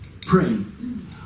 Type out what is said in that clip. praying